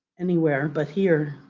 anywhere but here.